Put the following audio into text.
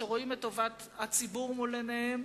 שרואים את טובת הציבור מול עיניהם.